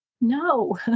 No